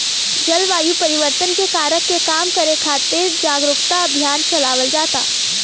जलवायु परिवर्तन के कारक के कम करे खातिर जारुकता अभियान चलावल जाता